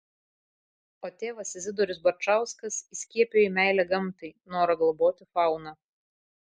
o tėvas izidorius barčauskas įskiepijo jai meilę gamtai norą globoti fauną